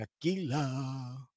tequila